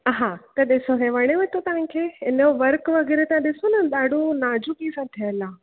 हा त ॾिसो हे वणेव थो तव्हां खे हिन जो वर्क वग़ैरह त ॾिसो न ॾाढो नाज़ुकी सां ठहियलु आहे